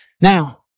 Now